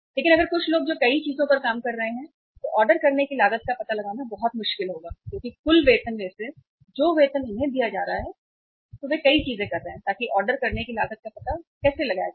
लेकिन अगर कुछ लोग जो कई चीजों पर काम कर रहे हैं तो ऑर्डर करने की लागत का पता लगाना बहुत मुश्किल होगा क्योंकि कुल वेतन में से जो वेतन उन्हें दिया जा रहा है वे कई चीजें कर रहे हैं ताकि ऑर्डर करने की लागत का पता कैसे लगाया जा सके